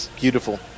beautiful